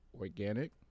organic